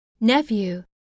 nephew